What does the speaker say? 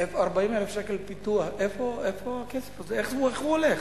40,000 שקל פיתוח, איפה הכסף הזה, איך הוא הולך?